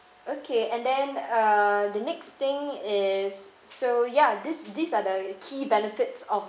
okay and then uh the next thing is so ya these these are the key benefits of